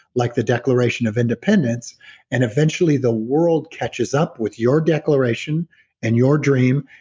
like the declaration of independence and eventually the world catches up with your declaration and your dream,